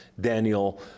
Daniel